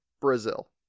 Brazil